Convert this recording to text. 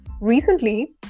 Recently